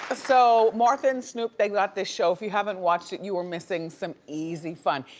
ah so martha and snoop, they got this show. if you haven't watched it, you are missing some easy fun.